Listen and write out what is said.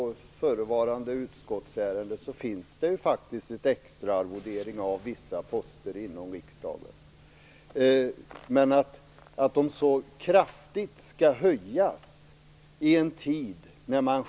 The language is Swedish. Tack.